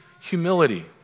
humility